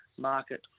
market